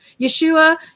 Yeshua